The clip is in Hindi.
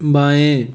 बाएं